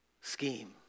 scheme